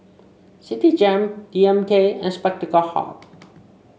Citigem D M K and Spectacle Hut